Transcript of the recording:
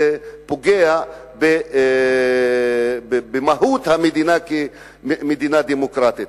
פוגע במהות המדינה כמדינה דמוקרטית.